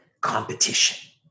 competition